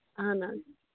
اَہَن حظ